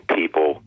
people